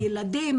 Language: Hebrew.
הילדים,